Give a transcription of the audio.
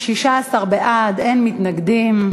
להעביר את הצעת חוק בתי-דין רבניים (קיום פסקי-דין של גירושין)